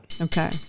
Okay